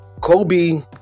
Kobe